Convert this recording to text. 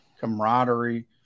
camaraderie